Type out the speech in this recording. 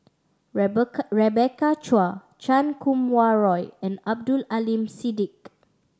Rebecca Rebecca Chua Chan Kum Wah Roy and Abdul Aleem Siddique